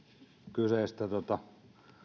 kyseistä